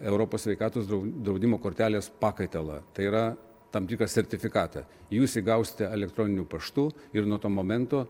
europos sveikatos draudimo kortelės pakaitalą tai yra tam tikrą sertifikatą jūs jį gausite elektroniniu paštu ir nuo to momento